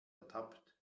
ertappt